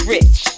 Rich